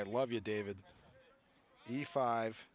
i love you david the five